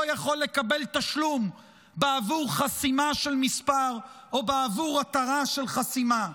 יכול לקבל תשלום בעבור חסימה של מספר או בעבור התרה של חסימה?